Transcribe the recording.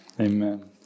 Amen